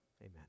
Amen